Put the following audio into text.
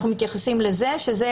זו